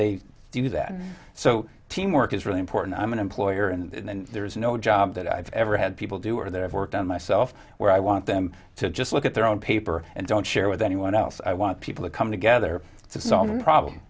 they do that so teamwork is really important i'm an employer and and there is no job that i've ever had people do or that i've worked on myself where i want them to just look at their own paper and don't share with anyone else i want people to come together to solve the problem